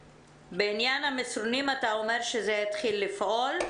בעניין המסרונים, אתה אומר שזה התחיל לפעול?